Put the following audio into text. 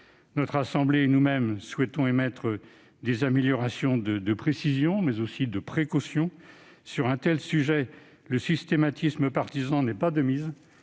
Notre assemblée et nous-mêmes souhaitons apporter des améliorations de précision et de précaution. Sur un tel sujet, le systématisme partisan n'est pas de mise.